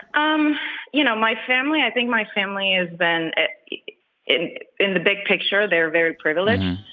um you know, my family i think my family has been in in the big picture, they're very privileged.